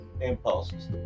impulses